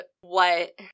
what-